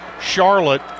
Charlotte